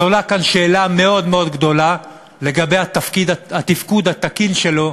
אז עולה כאן שאלה מאוד גדולה לגבי התפקוד התקין שלו